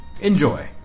Enjoy